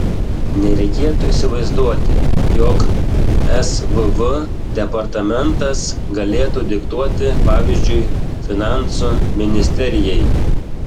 nereikėtų įsivaizduoti jog svv departamentas galėtų diktuoti pavyzdžiui finansų ministerijai